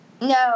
No